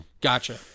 Gotcha